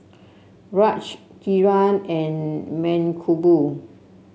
Raj Kiran and Mankombu